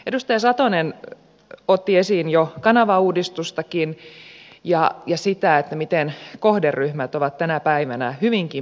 edustaja satonen otti esiin jo kanavauudistuksenkin ja sen miten kohderyhmät ovat tänä päivänä hyvinkin pirstaloituneet